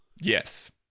Yes